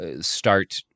start